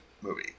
movie